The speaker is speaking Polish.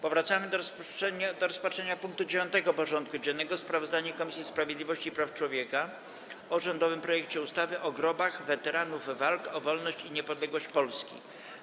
Powracamy do rozpatrzenia punktu 9. porządku dziennego: Sprawozdanie Komisji Sprawiedliwości i Praw Człowieka o rządowym projekcie ustawy o grobach weteranów walk o wolność i niepodległość Polski.